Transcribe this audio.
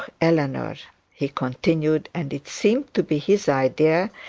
eleanor he continued, and it seemed to be his idea,